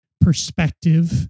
perspective